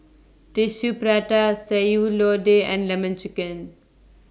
Tissue Prata Sayur Lodeh and Lemon Chicken